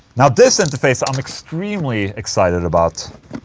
now this interface i'm extremely excited about.